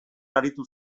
aritu